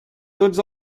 tots